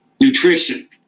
Nutrition